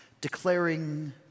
declaring